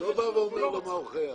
הוא לא אומר לאדם מה הוא חייב.